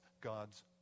God's